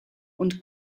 und